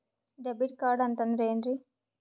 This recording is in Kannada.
ಡೆಬಿಟ್ ಕಾರ್ಡ್ ಅಂತಂದ್ರೆ ಏನ್ರೀ?